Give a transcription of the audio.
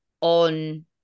on